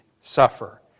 suffer